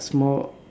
uh small